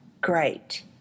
great